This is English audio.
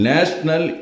National